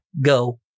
Go